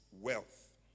wealth